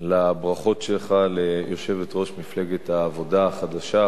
לברכות שלך ליושבת-ראש מפלגת העבודה החדשה,